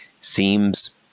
seems